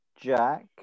Jack